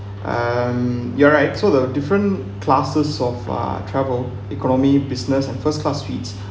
and you're right so the different classes of uh travel economy business and first-class suites